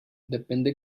depende